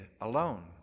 alone